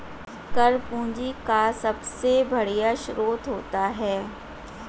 कर पूंजी का सबसे बढ़िया स्रोत होता है